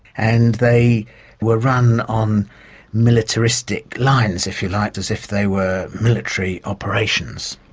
and they were run on militaristic lines, if you like, as if they were military operations.